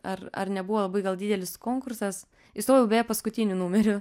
ar ar nebuvo labai gal didelis konkursas įstojau beje paskutiniu numeriu